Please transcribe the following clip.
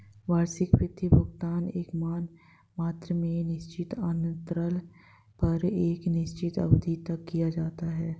वार्षिक वित्त भुगतान एकसमान मात्रा में निश्चित अन्तराल पर एक निश्चित अवधि तक किया जाता है